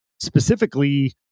specifically